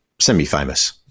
semi-famous